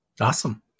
awesome